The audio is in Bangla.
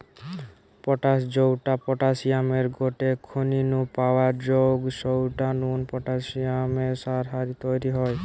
পটাশ জউটা পটাশিয়ামের গটে খনি নু পাওয়া জউগ সউটা নু পটাশিয়াম সার হারি তইরি হয়